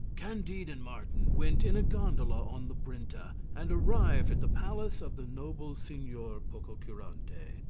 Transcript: candide and martin went in a gondola on the brenta, and arrived at the palace of the noble signor pococurante.